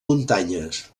muntanyes